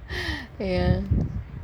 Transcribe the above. ya